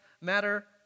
matter